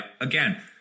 again